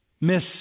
miss